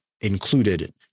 included